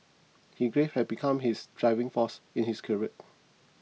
his grief had become his driving force in his career